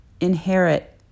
inherit